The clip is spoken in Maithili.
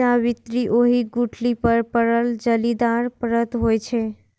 जावित्री ओहि गुठली पर पड़ल जालीदार परत होइ छै